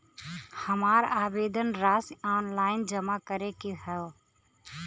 हमार आवेदन राशि ऑनलाइन जमा करे के हौ?